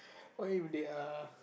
what if they're